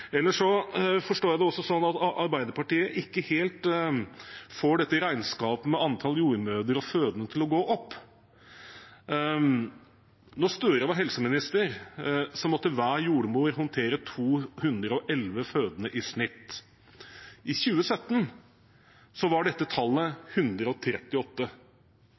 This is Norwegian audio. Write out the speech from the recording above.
Ellers forstår jeg det også slik at Arbeiderpartiet ikke helt får dette regnskapet med antall jordmødre og fødende til å gå opp. Da representanten Gahr Støre var helseminister, måtte hver jordmor håndtere 211 fødende i snitt. I 2017 var dette tallet 138.